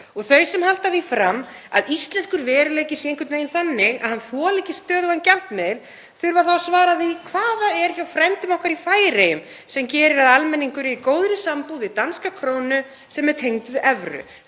og þau sem halda því fram að íslenskur veruleiki sé einhvern veginn þannig að hann þoli ekki stöðugan gjaldmiðil þurfa þá að svara því hvað það er hjá frændum okkar í Færeyjum sem gerir að almenningur er í góðri sambúð við danska krónu sem er tengd við evru.